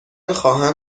خواهم